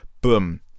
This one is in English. Boom